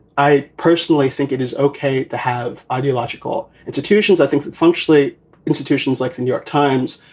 i personally think it is ok to have ideological institutions. i think functionally institutions like the new york times,